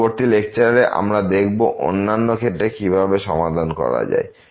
পরবর্তী লেকচারে আমরা দেখব অন্যান্য ক্ষেত্রে কিভাবে সমাধান করা যায়